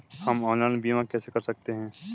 हम ऑनलाइन बीमा कैसे कर सकते हैं?